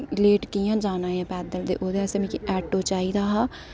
late कि'यां जाना ऐ पैदल ते ओह्दे आस्तै मिगी आटो चाहिदा हा